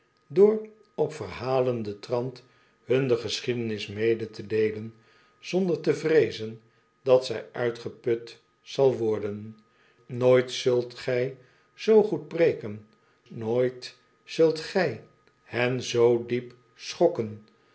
door op verhalenden trant hun de geschiedenis mede te deelen zonder te vreezen dat zij uitgeput zal worden nooit zult gij zoo goed preken nooit zult gij hen zoo diep schokken